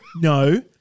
No